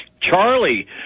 Charlie